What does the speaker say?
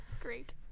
Great